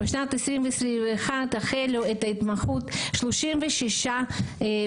בשנת 2021 החלו את ההתמחות 36 מתמחים,